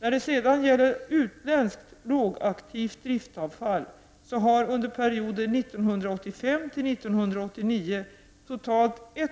När det sedan gäller utländskt lågaktivt driftavfall så har under perioden 1985—1989 totalt 1